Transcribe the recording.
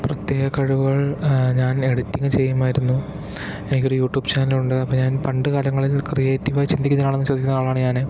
പ്രത്യേക കഴിവുകൾ ഞാൻ എഡിറ്റിംഗ് ചെയ്യുമായിരുന്നു എനിക്കൊരു യൂട്യൂബ് ചാനൽ ഉണ്ടായിരുന്നു ഞാൻ പണ്ടുകാലങ്ങളിൽ ക്രീയേറ്റീവ് ആയി ചിന്തിക്കുന്നൊരാളാണോ എന്ന് ചോദിക്കുന്നൊരാളാണ് ഞാൻ